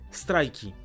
strajki